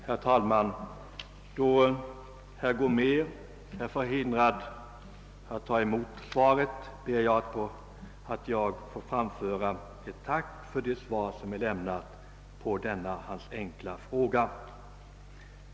Herr talman! Då herr Gomér är förhindrad att närvara ber jag att å hans vägnar få framföra ett tack för det lämnade svaret på hans enkla fråga.